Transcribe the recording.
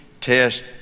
test